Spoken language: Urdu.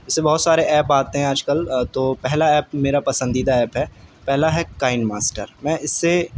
جیسے بہت سارے ایپ آتے ہیں آجکل تو پہلا ایپ میرا پسندیدہ ایپ ہے پہلا ہے کائن ماسٹر میں اس سے